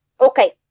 Okay